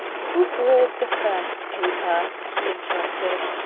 who brought the first paper? he interrupted.